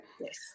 Yes